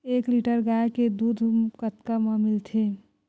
एक लीटर गाय के दुध कतका म मिलथे?